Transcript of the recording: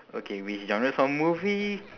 okay which genres of movies